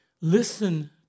Listen